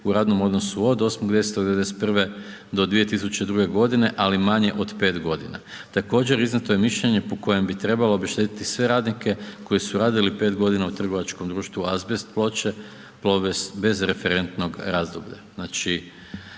u radnom odnosu od 8. 10. 1991. do 2002. g. ali manje od 5 godina. Također, iznijeto je mišljenje po kojem bi trebalo obešteti sve radnike koji su radili 5 g. u trgovačkom društvu azbest ploče Plobest d.d. bez referentnog razdoblja.